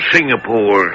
Singapore